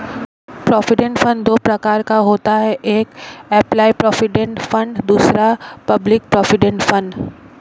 provident fund दो प्रकार का होता है एक एंप्लॉय प्रोविडेंट फंड दूसरा पब्लिक प्रोविडेंट फंड